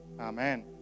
Amen